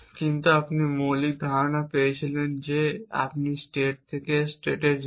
কিন্তু আপনি মৌলিক ধারণা পেয়েছিলেন যে আপনি স্টেট থেকে স্টেটে যান